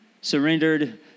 surrendered